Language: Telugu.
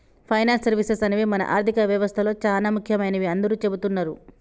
ఫైనాన్స్ సర్వీసెస్ అనేవి మన ఆర్థిక వ్యవస్తలో చానా ముఖ్యమైనవని అందరూ చెబుతున్నరు